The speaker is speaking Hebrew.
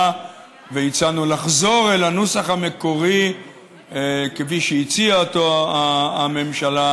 והצענו לחזור אל הנוסח המקורי כפי שהציעה אותו הממשלה,